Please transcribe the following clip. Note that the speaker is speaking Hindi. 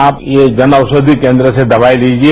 आप ये जन औषधि केन्द्र से दवाई लिजिए